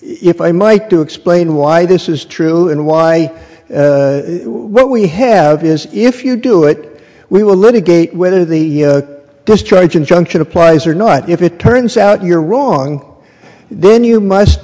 if i might to explain why this is true and why what we have is if you do it we will litigate whether the discharge injunction applies or not if it turns out you're wrong then you must